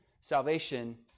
Salvation